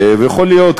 יכול להיות,